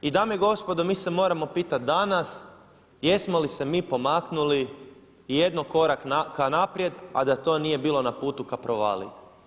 I dame i gospodo mi se moramo pitati danas jesmo li se mi pomaknuli i jedno korak ka naprijed a da to nije bilo na putu ka provaliji?